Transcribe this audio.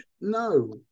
no